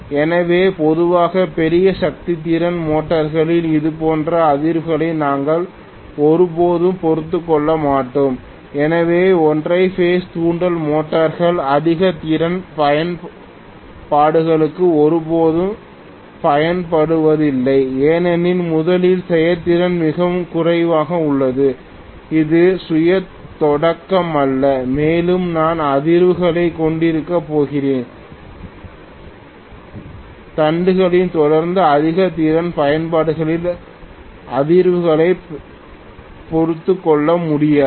எனவே பொதுவாக பெரிய சக்தி திறன் மோட்டர்களில் இதுபோன்ற அதிர்வுகளை நாங்கள் ஒருபோதும் பொறுத்துக்கொள்ள மாட்டோம் எனவே ஒற்றை பேஸ் தூண்டல் மோட்டார்கள் அதிக திறன் பயன்பாடுகளுக்கு ஒருபோதும் பயன்படுத்தப்படுவதில்லை ஏனெனில் முதலில் செயல்திறன் மிகவும் குறைவாக உள்ளது இது சுய தொடக்கமல்ல மேலும் நான் அதிர்வுகளைக் கொண்டிருக்கப் போகிறேன் தண்டுகளில் தொடர்ந்து அதிக திறன் பயன்பாடுகளில் அதிர்வுகளை பொறுத்துக்கொள்ள முடியாது